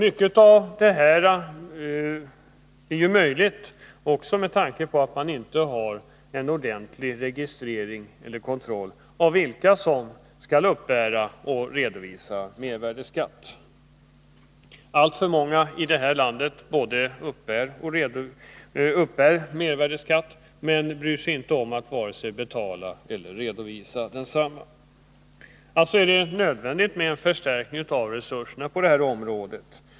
Mycket av detta är möjligt också på grund av att det inte finns någon ordentlig registrering eller kontroll av vilka som skall uppbära och redovisa mervärdeskatt. Alltför många i det här landet uppbär mervärdeskatt men bryr sig inte om att vare sig betala eller redovisa densamma. Det är alltså nödvändigt med en förstärkning av resurserna på området.